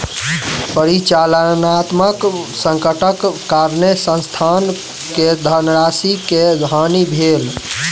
परिचालनात्मक संकटक कारणेँ संस्थान के धनराशि के हानि भेल